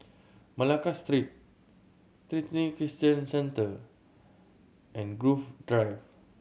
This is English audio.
Malacca Street Trinity Christian Centre and Grove Drive